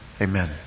Amen